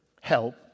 help